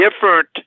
different